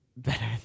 better